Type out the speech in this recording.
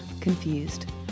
Confused